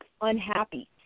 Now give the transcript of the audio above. unhappy